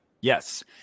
Yes